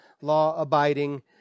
law-abiding